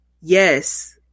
yes